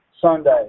Sunday